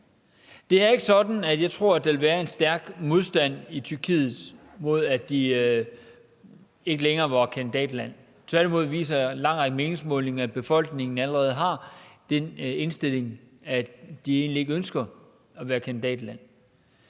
Det er ikke sådan, at jeg tror, at der ville være en stærk modstand i Tyrkiet mod, at de ikke længere var kandidatland. Tværtimod viser en lang række meningsmålinger, at befolkningen allerede har den indstilling, at de egentlig ikke ønsker at være kandidatland.